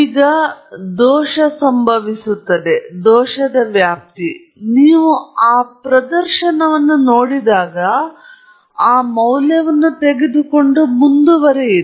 ಈಗ ದೋಷದ ಹೆಚ್ಚಿನ ವ್ಯಾಪ್ತಿ ದೋಷದ ವ್ಯಾಪ್ತಿ ನೀವು ಆ ಪ್ರದರ್ಶನವನ್ನು ನೋಡಿದಾಗ ಆ ಮೌಲ್ಯವನ್ನು ತೆಗೆದುಕೊಂಡು ಮುಂದುವರೆಯಿರಿ